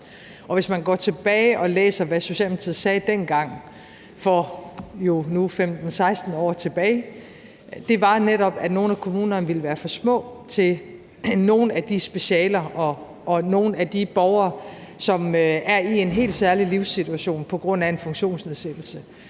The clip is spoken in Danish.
hvis man går tilbage og læser, hvad Socialdemokratiet sagde dengang for nu 15-16 år tilbage, vil man se, at det netop var, at nogle af kommunerne ville være for små til nogle af de specialer og nogle af de borgere, som er i en helt særlig livssituation på grund af en funktionsnedsættelse.